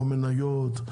או מניות,